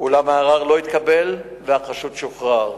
אולם הערר לא התקבל והחשוד שוחרר.